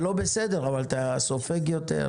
זה לא בסדר, אבל אתה סופג יותר.